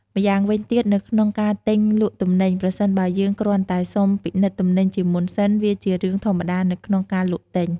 ម្យ៉ាងវិញទៀតនៅក្នុងការទិញលក់ទំនិញ ប្រសិនបើយើងគ្រាន់តែសុំពិនិត្យទំនិញជាមុនសិន វាជារឿងធម្មតានៅក្នុងការលក់ទិញ។